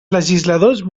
legisladors